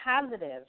positive